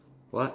what